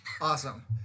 Awesome